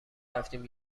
رفتیم